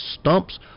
stumps